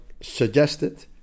suggested